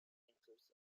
includes